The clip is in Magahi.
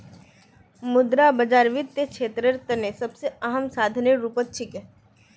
मुद्रा बाजार वित्तीय क्षेत्रेर तने सबसे अहम साधनेर रूपत छिके